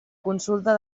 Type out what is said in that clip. consulta